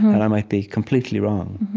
and i might be completely wrong.